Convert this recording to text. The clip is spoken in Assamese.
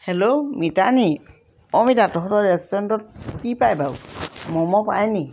হেল্ল' মিতা নেকি অ' মিতা তহঁতৰ ৰেষ্টুৰেণ্টত কি পায় বাৰু ম'ম' পায় নেকি